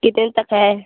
कितने तक है